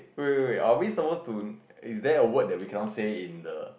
wait wait wait are we supposed to is there a word that we cannot say in the